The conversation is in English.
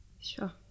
sure